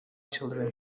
children